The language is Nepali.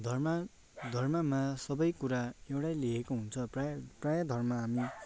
धर्म धर्ममा सबै कुरा एउटै लेखेको हुन्छ प्रायः धर्म हामी